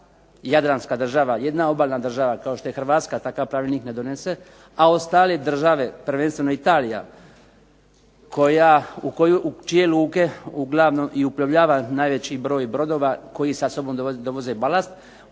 jedna obalna država kao što je Hrvatska, takav pravilnik ne donese, a ostale države, prvenstveno Italija u čije luke uglavnom i uplovljava najveći broj brodova koji sa sobom dovoze balast